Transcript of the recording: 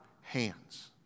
hands